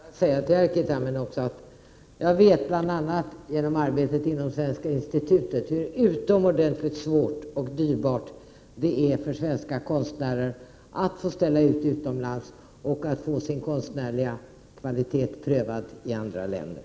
Herr talman! Jag vill bara säga till Erkki Tammenoksa att jag bl.a. genom arbetet inom Svenska institutet vet hur utomordentligt svårt och dyrbart det är för svenska konstnärer att få ställa ut utomlands och att få sin konstnärliga kvalitet prövad i andra länder.